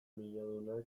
milioidunak